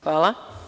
Hvala.